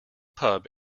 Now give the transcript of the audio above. pub